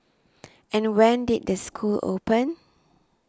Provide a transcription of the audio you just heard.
and when did the school open